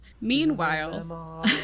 Meanwhile